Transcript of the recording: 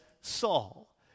Saul